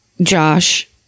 Josh